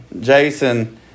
jason